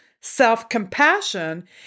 self-compassion